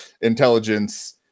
intelligence